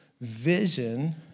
vision